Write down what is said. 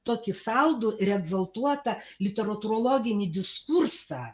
tokį saldų ir egzaltuotą literatūrologinį diskursą